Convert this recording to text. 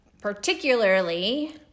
particularly